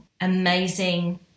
amazing